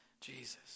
Jesus